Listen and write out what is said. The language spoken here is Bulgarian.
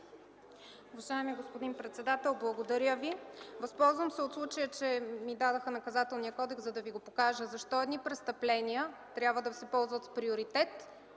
Възползвам се от случая, че ми давате Наказателният кодекс, за да Ви покажа защо едни престъпления трябва да се ползват с приоритет,